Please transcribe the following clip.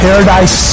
Paradise